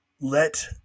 let